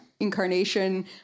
incarnation